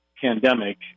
pandemic